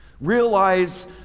Realize